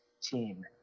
team